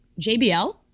JBL